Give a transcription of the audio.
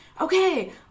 okay